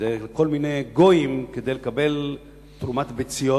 לכל מיני גויים כדי לקבל תרומת ביציות.